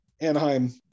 Anaheim